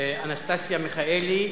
אנסטסיה מיכאלי,